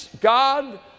God